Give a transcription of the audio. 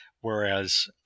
Whereas